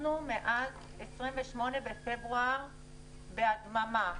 מאז 28 בפברואר אנחנו בהדממה,